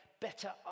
better